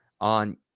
on